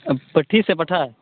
ᱯᱟᱹᱴᱷᱤ ᱥᱮ ᱯᱟᱴᱷᱟ